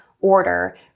order